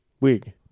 Wig